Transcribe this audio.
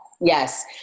Yes